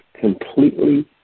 completely